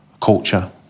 culture